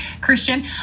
Christian